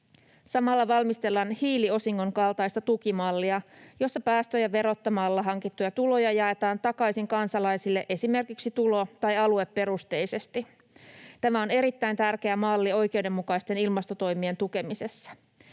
Samalla valmistellaan hiiliosingon kaltaista tukimallia, jossa päästöjä verottamalla hankittuja tuloja jaetaan takaisin kansalaisille esimerkiksi tulo- tai alueperusteisesti. Tämä on erittäin tärkeä malli oikeudenmukaisten ilmastotoimien tukemisessa.